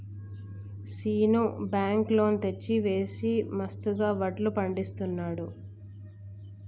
Seenu bank loan తెచ్చి వేసి మస్తుగా వడ్లు పండిస్తున్నాడు